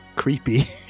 creepy